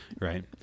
Right